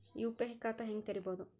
UPI ಖಾತಾ ಹೆಂಗ್ ತೆರೇಬೋದು?